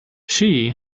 she